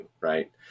right